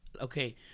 okay